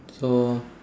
so